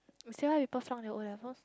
you say how you perform on your O levels